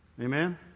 Amen